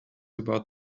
about